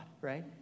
right